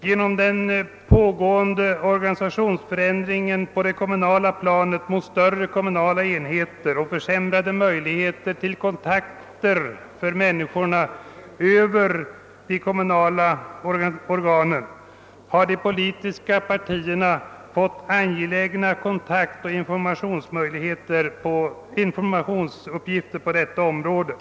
Genom den pågående organisatoriska förändringen på det kommunala planet med utveckling mot större enheter och försämrade möjligheter för kommuninvånarna att få kontakt genom de kommunala organen har de politiska partierna fått angelägna kontaktoch informationsuppgifter på detta viktiga område.